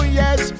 yes